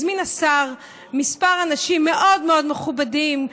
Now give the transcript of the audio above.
הזמין השר כמה אנשים מאוד מאוד מכובדים,